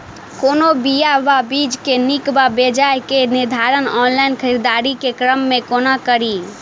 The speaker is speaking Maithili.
कोनों बीया वा बीज केँ नीक वा बेजाय केँ निर्धारण ऑनलाइन खरीददारी केँ क्रम मे कोना कड़ी?